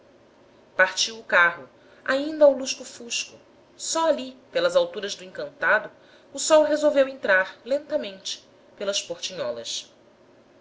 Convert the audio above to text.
partiu o carro ainda ao lusco-fusco só ali pelas alturas do encantado o sol resolveu entrar lentamente pelas portinholas